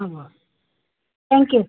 হ'ব thank U